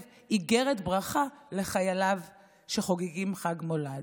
איגרת ברכה לחייליו שחוגגים חג מולד,